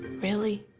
really?